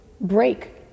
break